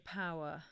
power